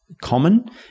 common